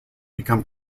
become